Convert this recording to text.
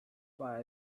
why